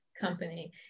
company